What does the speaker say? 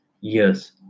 yes